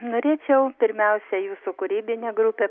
norėčiau pirmiausia jūsų kūrybinę grupę